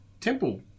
Temple